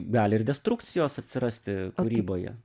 gali ir destrukcijos atsirasti kūryboje